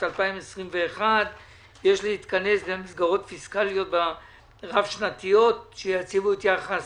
2021. יש להתכנס למסגרות פיסקליות רב שנתיות שיתאימו את יחס